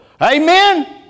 amen